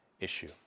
issue